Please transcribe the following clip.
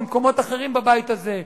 ממקומות אחרים בבית הזה,